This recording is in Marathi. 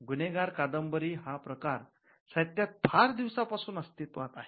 गुन्हेगार कादंबरी हा प्रकार साहित्यात फार दिवसापासून अस्तित्वात आहे